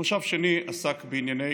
מושב שני עסק בענייני